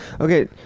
Okay